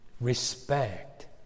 respect